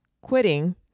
quitting